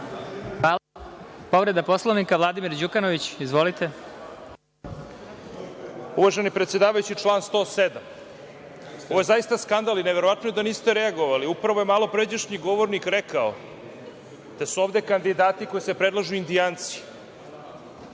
Đukanović. Izvolite. **Vladimir Đukanović** Uvaženi predsedavajući, član 107.Ovo je zaista skandal i neverovatno da niste reagovali, upravo je malopređašnji govornik rekao, da su ovde kandidati koji se predlažu Indijanci.